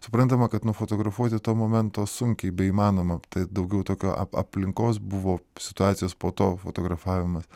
suprantama kad nufotografuoti to momento sunkiai beįmanoma tai daugiau tokio ap aplinkos buvo situacijos po to fotografavimas